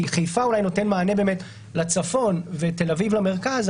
חיפה אולי נותן מענה לצפון ותל אביב למרכז.